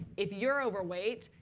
if you're overweight,